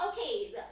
okay